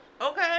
Okay